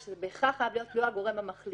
ושזה בהכרח חייב להיות לא הגורם המחליט,